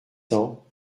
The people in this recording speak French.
cents